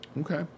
Okay